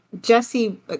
jesse